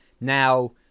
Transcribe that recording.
Now